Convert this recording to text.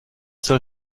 soll